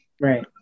Right